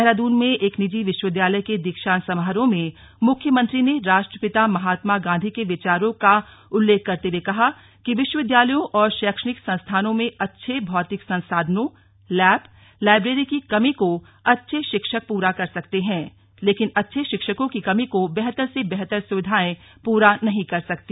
देहरादून में एक निजी विश्वविद्यालय के दीक्षांत समारोह में मुख्यमंत्री ने राष्ट्रपिता महात्मा गांधी के विचारों का उल्लेख करते हए कहा कि विश्वविद्यालयों और शैक्षणिक संस्थानों में अच्छे भौतिक संसाधनों लैब लाइब्रेरी की कमी को अच्छे शिक्षक पूरा कर सकते है लेकिन अच्छे शिक्षकों की कमी को बेहतर से बेहतर सुविधाएं पूरी नही कर सकती